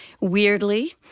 Weirdly